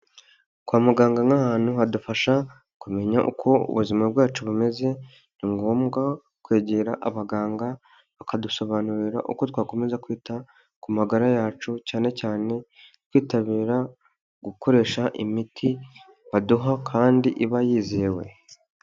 Kwa muganga nk'ahantu hadufasha kumenya uko ubuzima bwacu bumeze, ni ngombwa kwegera abaganga bakadusobanurira uko twakomeza kwita ku magara yacu, cyane cyane twitabira gukoresha imiti baduha kandi iba yizewe.